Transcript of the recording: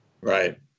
Right